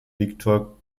victor